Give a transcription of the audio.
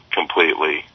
completely